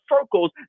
circles